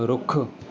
ਰੁੱਖ